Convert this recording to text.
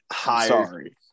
Sorry